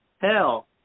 hell